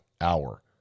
hour